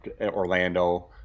Orlando